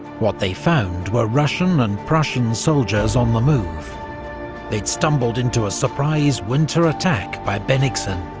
what they found were russian and prussian soldiers on the move they'd stumbled into a surprise winter attack by bennigsen.